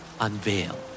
Unveil